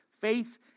Faith